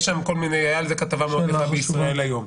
הייתה על זה כתבה מאוד גדולה ב"ישראל היום".